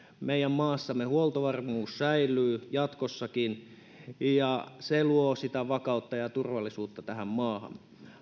meidän maassamme huoltovarmuus säilyy jatkossakin ja se luo sitä vakautta ja turvallisuutta tähän maahan